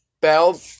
Bell